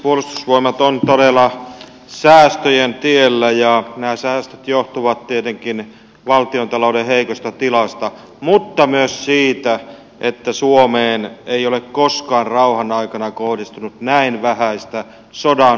puolustusvoimat on todella säästöjen tiellä ja nämä säästöt johtuvat tietenkin valtiontalouden heikosta tilasta mutta myös siitä että suomeen ei ole koskaan rauhan aikana kohdistunut näin vähäistä sodan uhkaa